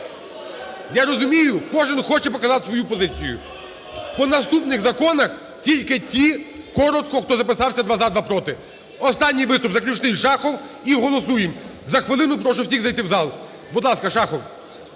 Я розумію, кожен хоче показати свою позицію. По наступних законах тільки ті коротко, хто записався "два – за, два – проти". Останній виступ, заключний, Шахов. І голосуємо. За хвилину прошу всіх зайти в зал. Будь ласка, Шахов.